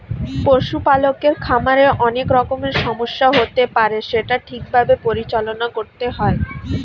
পশু পালকের খামারে অনেক রকমের সমস্যা হতে পারে সেটা ঠিক ভাবে পরিচালনা করতে হয়